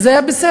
וזה היה בסדר.